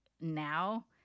now